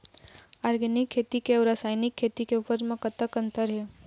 Organic खेती के अउ रासायनिक खेती के उपज म कतक अंतर हे?